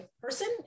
person